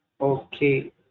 Okay